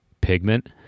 pigment